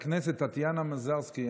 חברת הכנסת טטיאנה מזרסקי,